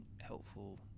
helpful